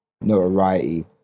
notoriety